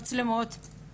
ואנחנו נראה גם היבטים,